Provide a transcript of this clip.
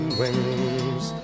wings